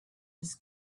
his